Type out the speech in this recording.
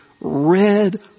Red